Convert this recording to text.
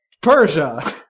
Persia